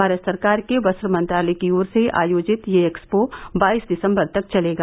भारत सरकार के वस्त्र मंत्रालय की ओर से आयोजित यह एक्सपो बाईस दिसम्वर तक चलेगा